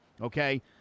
okay